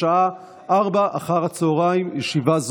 התקבלה בקריאה השנייה והשלישית,